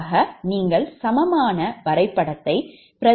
ஆக நீங்கள் சமமான வரைபடத்தை பிரதிநிதித்துவப்படுத்த வேண்டும்